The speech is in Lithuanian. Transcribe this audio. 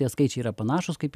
tie skaičiai yra panašūs kaip